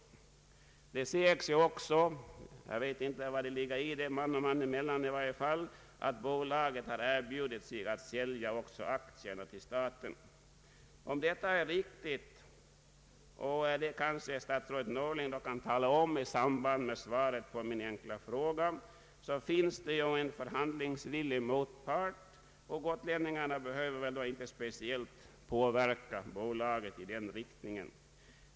Det sägs ju också man och man emellan att bolaget erbjudit sig att sälja aktierna till staten. Om detta är riktigt — statsrådet Norling kan kanske tala om detta i samband med svaret på min enkla fråga — finns det ju en förhandlingsvillig motpart, och gotlänningarna behöver väl inte speciellt påverka bolaget i denna riktning.